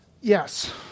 Yes